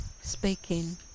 speaking